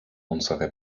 unsere